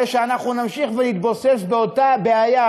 הרי אנחנו נמשיך ונתבוסס באותה בעיה,